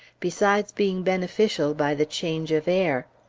besides being beneficial by the change of air.